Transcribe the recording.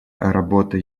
работа